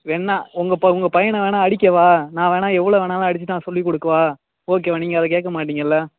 வேணும்ன்னா உங்கள் ப உங்கள் பையனை வேணுனா அடிக்கவா நான் வேணுனா எவ்வளோ வேணுனாலும் அடித்து தான் சொல்லி கொடுக்கவா ஓகேவா நீங்கள் அதை கேட்க மாட்டீங்கல்ல